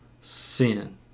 sin